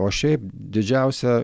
o šiaip didžiausia